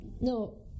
no